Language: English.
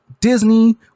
Disney